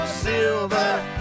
silver